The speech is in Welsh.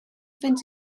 fynd